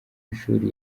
ishuri